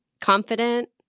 confident